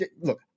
look